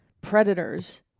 predators